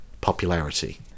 popularity